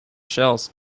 shells